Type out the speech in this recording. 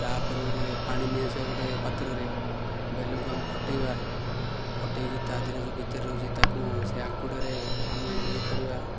ତା'ପରେ ଗୋଟିଏ ପାଣି ନେଇ ଆସିବା ଗୋଟିଏ ପାତ୍ରରେ ବେଲକୁ ଆମେ ଫଟାଇବା ଫଟାଇକି ତା'ଦେହରେ ଯେଉଁ ଭିତରେ ରହୁଛି ତାକୁ ସେ ଆଙ୍କୁଡ଼ାରେ ଆମେ ଇଏ କରିବା